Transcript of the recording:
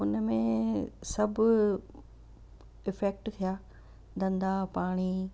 उन में सभु इफैक्ट थिया धंधा पाणी